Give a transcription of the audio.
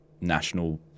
national